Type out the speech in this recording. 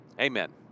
Amen